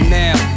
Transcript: now